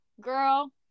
girl